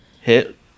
hit